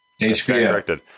HBO